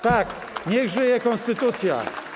Tak, niech żyje konstytucja.